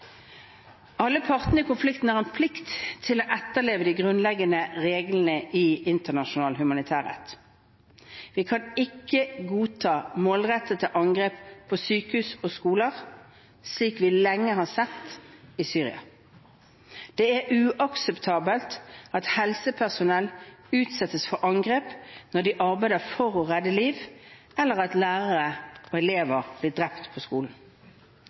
Alle partene i konflikten har en plikt til å etterleve de grunnleggende reglene i internasjonal humanitærrett. Vi kan ikke godta målrettede angrep på sykehus og skoler, slik vi lenge har sett i Syria. Det er uakseptabelt at helsepersonell utsettes for angrep når de arbeider for å redde liv, eller at lærere og elever blir drept på skolen.